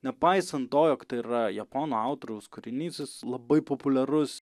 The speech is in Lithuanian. nepaisant to jog tai yra japonų autoriaus kūrinys jis labai populiarus